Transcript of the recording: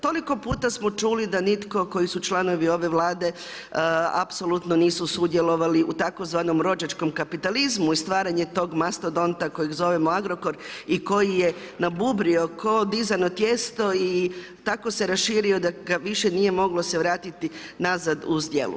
Toliko puta smo čuli, da nitko koji su članovi ove vlade, apsolutno nisu sudjelovali u tzv. rođačkom kapitalizmu i stvaranje tog mastodonta kojeg zovemo Agrokor i koji je nabubrio ko dizano tijesto i tako se raširio da ga se više nije moglo vratiti nazad u zdjelu.